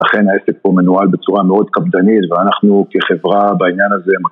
אכן העסק פה מנוהל בצורה מאוד קפדנית ואנחנו כחברה בעניין הזה